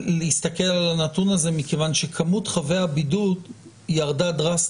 להסתכל על הנתון הזה מכיוון שמספר חבי הבידוד ירד דרסטית.